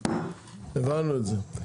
הבנו את זה.